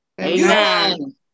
Amen